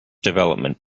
development